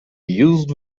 used